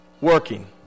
working